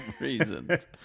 reasons